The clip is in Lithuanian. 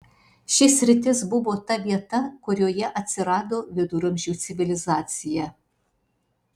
ši sritis buvo ta vieta kurioje atsirado viduramžių civilizacija